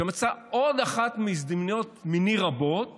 שמצאה עוד הזדמנות מני רבות